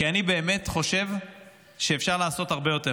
כי אני באמת חושב שאפשר לעשות הרבה יותר.